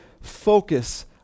focus